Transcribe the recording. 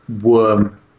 worm